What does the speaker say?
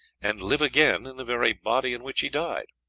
and live again in the very body in which he died.